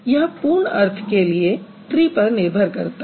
यह पूर्ण अर्थ के लिए ट्री पर निर्भर करता है